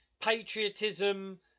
patriotism